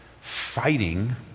fighting